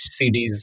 CDs